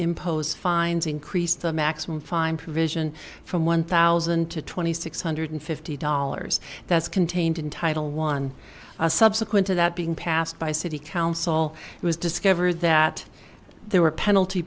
impose fines increased the maximum fine provision from one thousand to twenty six hundred fifty dollars that's contained in title one a subsequent to that being passed by city council it was discovered that there were penalty